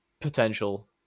potential